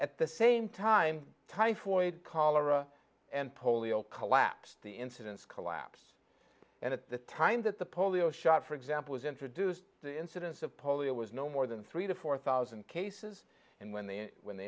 at the same time typhoid cholera and polio collapsed the incidence collapse and at the time that the polio shot for example was introduced the incidence of polio was no more than three to four thousand cases and when they when they